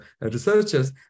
researchers